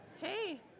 Hey